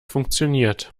funktioniert